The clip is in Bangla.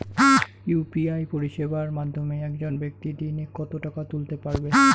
ইউ.পি.আই পরিষেবার মাধ্যমে একজন ব্যাক্তি দিনে কত টাকা তুলতে পারবে?